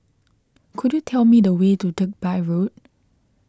could you tell me the way to Digby Road